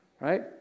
right